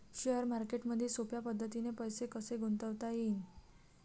Share मार्केटमधी सोप्या पद्धतीने पैसे कसे गुंतवता येईन?